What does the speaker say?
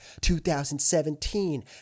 2017